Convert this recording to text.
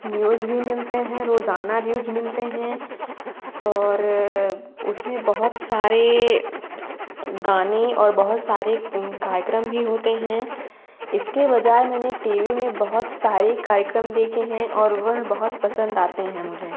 news भी मिलते हैं रोज़ाना न्यूज़ मिलते हैं और उसमें बहुत सारे गाने और बहुत सारे कार्यक्रम भी होते हैं इसके बजाय मैंने टी वी में बहुत सारे कार्यक्रम देखे हैं और वह बहोत पसंद आते हैं मुझे